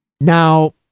Now